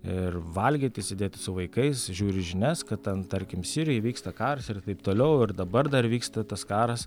ir valgyti sėdėti su vaikais žiūri žinias kad ten tarkim sirijoj vyksta karas ir taip toliau ir dabar dar vyksta tas karas